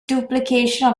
duplication